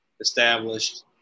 established